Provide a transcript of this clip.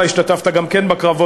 אתה השתתפת גם כן בקרבות,